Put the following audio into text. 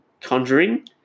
Conjuring